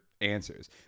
answers